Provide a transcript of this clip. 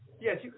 yes